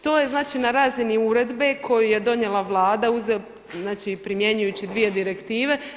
To je znači na razini uredbe koju je donijela Vlada, znači primjenjujući dvije direktive.